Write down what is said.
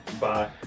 Bye